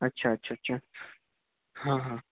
अच्छा अच्छा छा हां हां